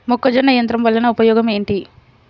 మొక్కజొన్న యంత్రం వలన ఉపయోగము ఏంటి?